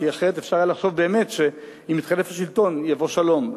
כי אחרת אפשר היה לחשוב באמת שאם יתחלף השלטון יבוא שלום.